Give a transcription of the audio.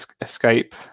Escape